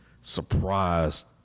surprised